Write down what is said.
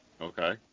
Okay